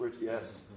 Yes